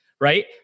Right